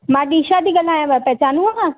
मां दिशा ती ॻाल्हायांव पहचानियव